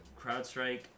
CrowdStrike